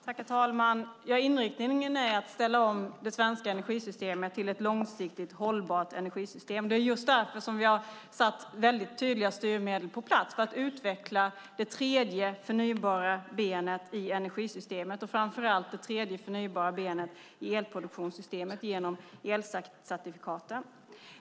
Herr talman! Inriktningen är att ställa om det svenska energisystemet till ett långsiktigt hållbart energisystem. Det är just därför som vi har satt tydliga styrmedel på plats för att utveckla det tredje förnybara benet i energisystemet och framför allt det tredje förnybara benet i elproduktionssystemet genom elcertifikaten.